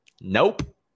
nope